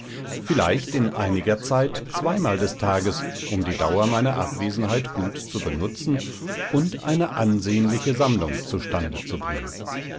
vielleicht in einiger zeit zweimal des tages um die dauer meiner abwesenheit gut zu benutzen und eine ansehnliche sammlung zustande zu bringen